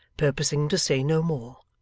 purposing to say no more.